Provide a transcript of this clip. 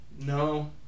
No